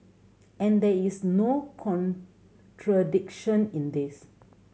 and there is no contradiction in this